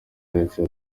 delphin